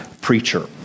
preacher